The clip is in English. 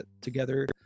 together